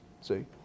See